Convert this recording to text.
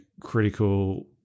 critical